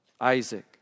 Isaac